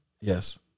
Yes